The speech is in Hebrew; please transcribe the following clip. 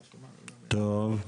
טוב,